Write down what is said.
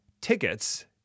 tickets